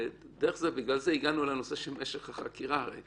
דרך זה הגענו לנושא של משך החקירה.